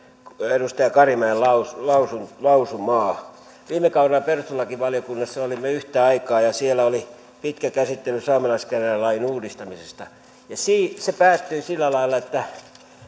edustaja karimäen lausumaa viime kaudella perustuslakivaliokunnassa olimme yhtä aikaa ja siellä oli pitkä käsittely saamelaiskäräjälain uudistamisesta se päättyi sillä lailla että